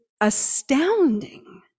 astounding